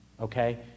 Okay